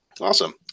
Awesome